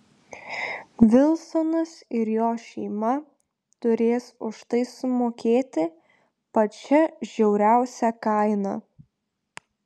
vilsonas ir jo šeima turės už tai sumokėti pačią žiauriausią kainą